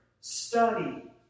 study